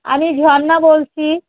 আমি ঝর্নাা বলছি